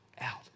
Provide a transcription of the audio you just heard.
out